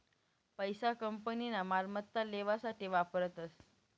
पैसा कंपनीना मालमत्ता लेवासाठे वापरतस